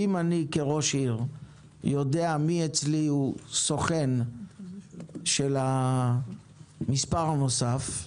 אם אני כראש עיר יודע מי אצלי סוכן של המספר הנוסף,